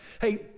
hey